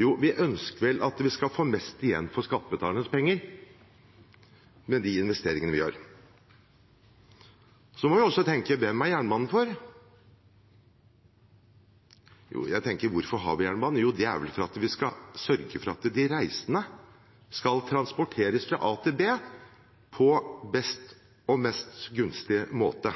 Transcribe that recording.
Jo, vi ønsker vel at vi skal få mest igjen for skattebetalernes penger med de investeringene vi gjør. Så må vi også tenke: Hvem er jernbanen for? Hvorfor har vi jernbane? Jo, det er vel fordi vi skal sørge for at de reisende skal transporteres fra A til B på den beste og mest